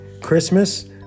Christmas